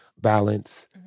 balance